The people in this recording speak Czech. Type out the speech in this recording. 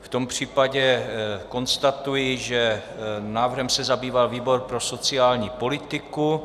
V tom případě konstatuji, že návrhem se zabýval výbor pro sociální politiku.